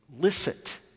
licit